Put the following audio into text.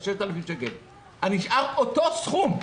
נשאר אותו סכום.